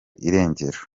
irengero